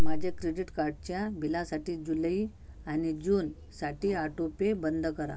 माझ्या क्रेडिट कार्डच्या बिलासाठी जुलै आणि जूनसाठी आटोपे बंद करा